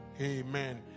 Amen